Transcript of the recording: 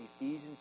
Ephesians